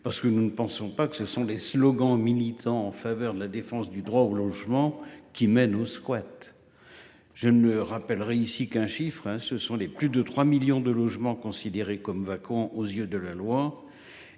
parce que nous ne pensons pas que ce sont les slogans militants en faveur de la défense du droit au logement qui mène au squat. Je me rappellerai ici qu'un chiffre hein ce sont les plus de 3 millions de logements considéré comme vacant aux yeux de la loi